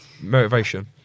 motivation